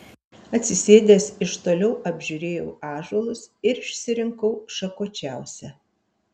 atsisėdęs iš toliau apžiūrėjau ąžuolus ir išsirinkau šakočiausią